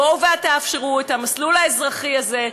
בואו ותאפשרו את המסלול האזרחי הזה,